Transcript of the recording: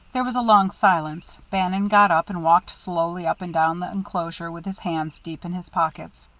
there was a long silence. bannon got up and walked slowly up and down the enclosure with his hands deep in his pockets.